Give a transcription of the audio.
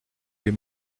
les